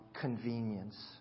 convenience